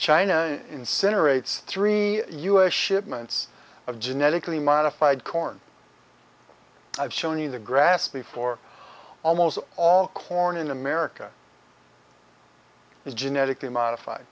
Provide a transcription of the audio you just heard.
china incinerates three u s shipments of genetically modified corn i've shown you the grass before almost all corn in america is genetically modified